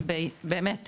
אז באמת,